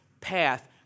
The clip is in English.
path